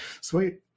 Sweet